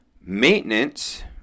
Maintenance